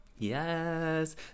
Yes